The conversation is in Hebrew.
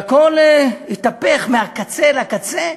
והכול התהפך מהקצה אל הקצה?